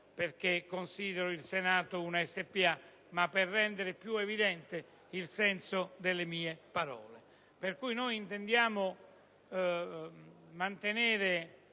perché consideri il Senato una SpA, proprio per rendere più evidente il senso delle mie parole. Quindi, intendiamo mantenere